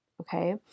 Okay